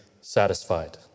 satisfied